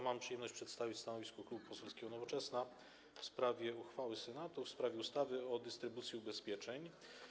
Mam przyjemność przedstawić stanowisko Klubu Poselskiego Nowoczesna wobec uchwały Senatu w sprawie ustawy o dystrybucji ubezpieczeń.